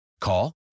Call